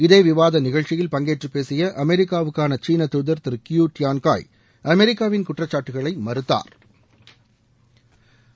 இதே விவாத நிகழ்ச்சியில் பங்கேற்று பேசிய அமெரிக்காவுக்காள சீன தூதர் திரு கியூ டியான்காய் அமெரிக்காவின் குற்றச்சாட்டுகளை மறுத்தாா்